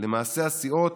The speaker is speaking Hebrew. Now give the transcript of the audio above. ולמעשה לסיעות